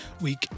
week